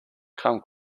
come